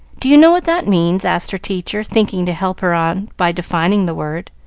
do you know what that means? asked her teacher, thinking to help her on by defining the word.